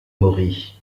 maury